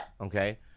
Okay